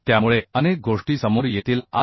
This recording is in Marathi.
त्यामुळे अनेक गोष्टी समोर येतील आर